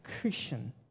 Christian